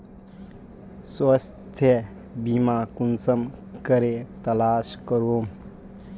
स्वास्थ्य बीमा कुंसम करे तलाश करूम?